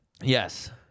Yes